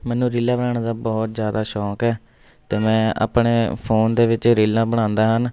ਮੈਨੂੰ ਰੀਲਾਂ ਬਣਾਉਣ ਦਾ ਬਹੁਤ ਜ਼ਿਆਦਾ ਸ਼ੌਕ ਹੈ ਅਤੇ ਮੈਂ ਆਪਣੇ ਫ਼ੋਨ ਦੇ ਵਿੱਚ ਹੀ ਰੀਲਾਂ ਬਣਾਉਂਦਾ ਹਨ